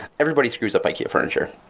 everybody screws up ikea furniture.